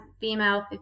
female